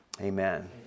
Amen